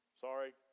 Sorry